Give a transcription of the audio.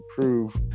prove